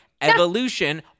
Evolution